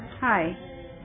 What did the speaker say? Hi